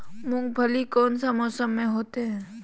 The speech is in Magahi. मूंगफली कौन सा मौसम में होते हैं?